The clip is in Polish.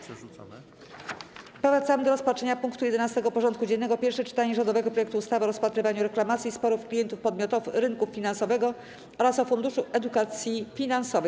Powracamy do rozpatrzenia punktu 11. porządku dziennego: Pierwsze czytanie rządowego projektu ustawy o rozpatrywaniu reklamacji i sporów klientów podmiotów rynku finansowego oraz o Funduszu Edukacji Finansowej.